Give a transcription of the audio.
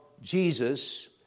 Jesus